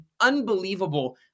unbelievable